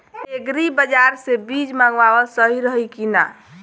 Agri बाज़ार से बीज मंगावल सही रही की ना?